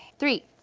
three,